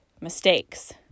mistakes